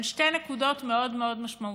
על שתי נקודות מאוד מאוד משמעותיות.